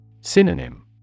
Synonym